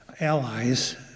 allies